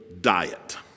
diet